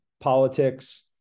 politics